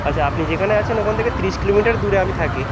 আচ্ছা আপনি যেখানে আছেন ওখান থেকে তিরিশ কিলোমিটার দূরে আমি থাকি